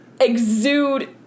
exude